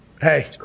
Hey